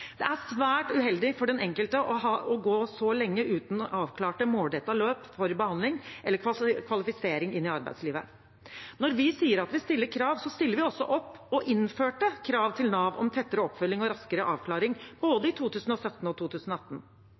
Det er svært uheldig for den enkelte å gå så lenge uten å ha avklarte, målrettede løp for behandling eller kvalifisering inn i arbeidslivet. Når vi sier at vi stiller krav, stiller vi også opp, og vi innførte krav til Nav om tettere oppfølging og raskere avklaring både i 2017 og i 2018.